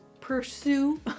pursue